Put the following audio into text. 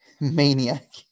maniac